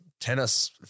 tennis